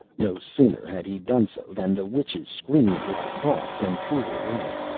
no sooner had he done so than the witches screamed like hawks and flew away,